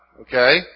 okay